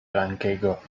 langego